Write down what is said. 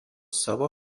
savo